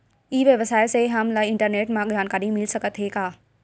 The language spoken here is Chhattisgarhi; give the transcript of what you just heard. ई व्यवसाय से हमन ला इंटरनेट मा जानकारी मिल सकथे का?